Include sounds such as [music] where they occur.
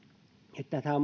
tätähän [unintelligible]